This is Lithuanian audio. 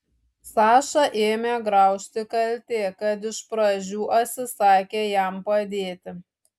sašą ėmė graužti kaltė kad iš pradžių atsisakė jam padėti